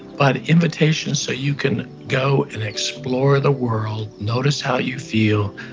but invitations so you can go and explore the world, notice how you feel,